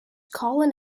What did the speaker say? colon